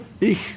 Ich